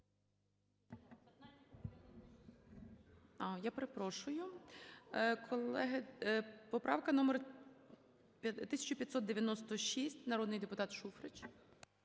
не прийняте. Поправка номер 1631, народний депутат Шуфрич.